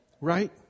right